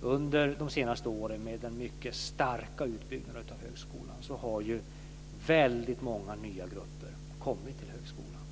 Under de senaste åren med den mycket starka utbyggnaden av högskolan har många nya grupper kommit till högskolan.